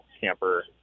camper